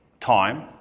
time